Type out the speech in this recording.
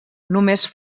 només